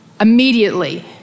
immediately